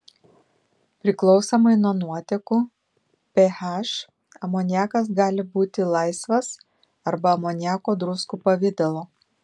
priklausomai nuo nuotekų ph amoniakas gali būti laisvas arba amoniako druskų pavidalo